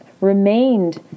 remained